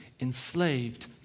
enslaved